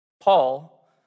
Paul